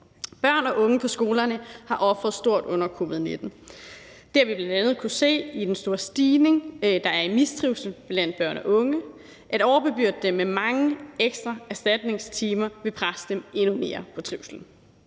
Børn og unge på skolerne har ofret stort under covid-19. Det har vi bl.a. kunnet se i den store stigning, der er, i mistrivsel blandt børn og unge. At overbebyrde dem med mange ekstra erstatningstimer vil presse dem endnu mere i forhold